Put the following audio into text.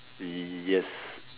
yes